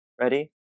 Ready